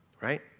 right